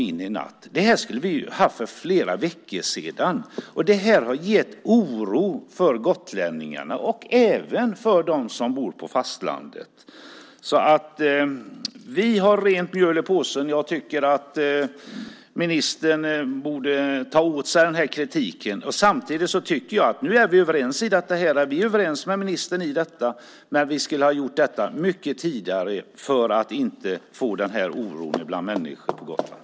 Den här debatten skulle vi alltså haft för flera veckor sedan. Det har skapat oro bland gotlänningarna och även bland dem som bor på fastlandet. Vi har rent mjöl i påsen. Jag tycker att ministern borde ta åt sig av kritiken. Nu är vi överens med ministern i denna fråga, men samtidigt tycker jag att vi borde ha fått svar mycket tidigare just för att inte skapa oro bland människorna på Gotland.